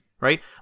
right